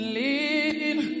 live